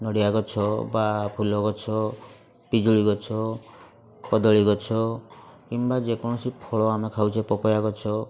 ନଡ଼ିଆ ଗଛ ବା ଫୁଲ ଗଛ ପିଜୁଳି ଗଛ କଦଳୀ ଗଛ କିମ୍ବା ଯେକୌଣସି ଫଳ ଆମେ ଖାଉଛେ ପପେୟା ଗଛ